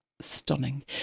stunning